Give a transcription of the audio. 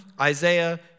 Isaiah